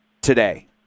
today